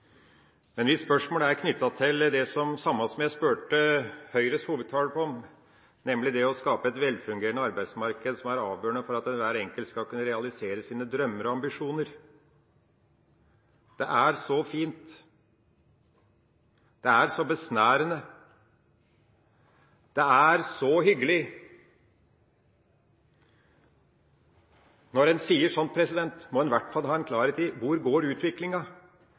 Men mitt spørsmål er knyttet til det samme som jeg spurte Høyres hovedtaler om, nemlig det å skape et velfungerende arbeidsmarked som er avgjørende for at hver enkelt skal kunne realisere sine drømmer og ambisjoner. Det er så fint, det er så besnærende og det er så hyggelig. Når en sier sånt, må en i hvert fall ha en klarhet i: Hvor går utviklinga?